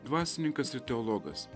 dvasininkas ir teologas